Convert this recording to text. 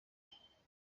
afite